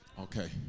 Okay